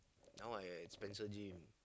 now I at Spencer gym